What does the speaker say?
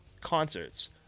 concerts